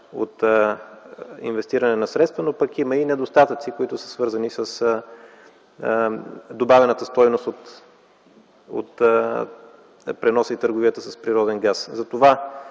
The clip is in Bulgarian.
от инвестиране на средства, но пък има и недостатъци, свързани с добавената стойност от преносна и търговията с природен газ. Затова